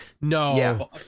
No